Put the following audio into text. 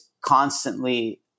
constantly